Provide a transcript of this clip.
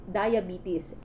diabetes